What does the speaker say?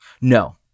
No